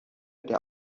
der